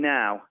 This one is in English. now